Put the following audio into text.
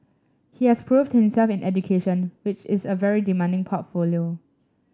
he has proved himself in education which is a very demanding portfolio